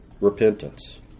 repentance